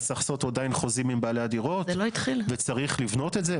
אז צריך לעשות עדיין חוזים עם בעלי הדירות וצריך לבנות את זה.